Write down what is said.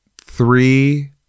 three